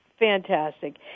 fantastic